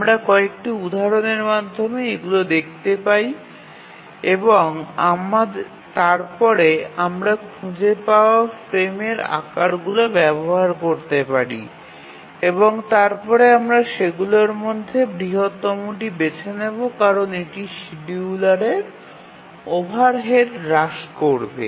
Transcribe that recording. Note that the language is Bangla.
আমরা কয়েকটি উদাহরণের মাধ্যমে এগুলি দেখতে পাই এবং তারপরে আমরা খুঁজে পাওয়া ফ্রেমের আকারগুলি ব্যবহার করতে পারি এবং তারপরে আমরা সেগুলির মধ্যে বৃহত্তমটি বেছে নেব কারণ এটি শিডিয়ুলারের ওভারহেড হ্রাস করবে